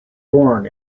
born